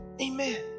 Amen